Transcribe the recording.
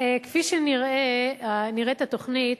כפי שנראית התוכנית,